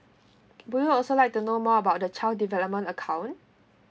would you also like to know more about the child development account